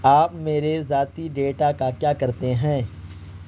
آپ میرے ذاتی ڈیٹا کا کیا کرتے ہیں